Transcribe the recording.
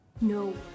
No